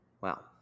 Wow